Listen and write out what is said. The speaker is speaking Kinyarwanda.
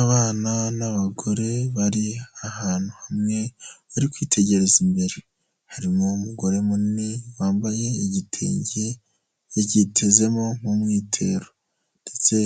Abana n'abagore bari ahantu hamwe bari kwitegereza imbere, harimo umugore munini wambaye igitenge yacyitezemo nk'umwitero ndetse